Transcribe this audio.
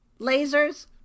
Lasers